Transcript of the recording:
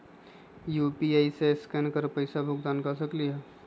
UPI से scan कर पईसा भुगतान कर सकलीहल?